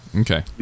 Okay